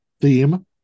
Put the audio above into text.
theme